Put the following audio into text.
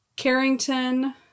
Carrington